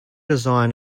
design